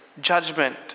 Judgment